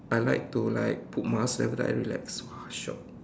I like to like put mask then after that I relax !wah! shiok